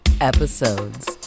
Episodes